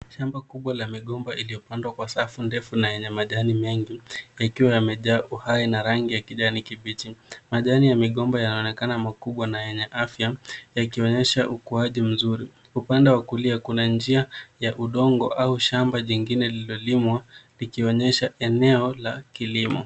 Shamba kubwa la migomba iliyopandwa kwa safu ndefu na yenye majani mengi yakiwa yamejaa uhai na rangi ya kijani kibichi. Majani ya migomba yanaonekana makubwa na yenye afya yakionyesha ukuaji mzuri. Upande wa kulia kuna njia ya udongo au shamba jingine lililolimwa likionyesha eneo la kilimo.